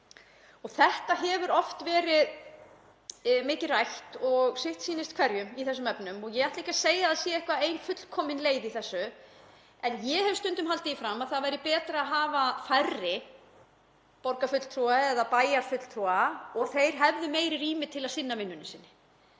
Þetta hefur oft verið mikið rætt og sitt sýnist hverjum í þessum efnum og ég ætla ekki að segja að það sé til einhver ein fullkomin leið í þessu en ég hef stundum haldið því fram að það væri betra að hafa færri borgarfulltrúa eða bæjarfulltrúa og þeir hefðu meira rými til að sinna vinnunni sinni.